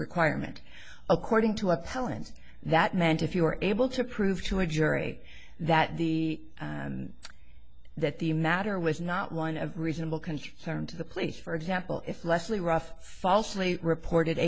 requirement according to appellant that meant if you were able to prove to a jury that the that the matter was not one of reasonable concern to the police for example if leslie ruff falsely reported